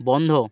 বন্ধ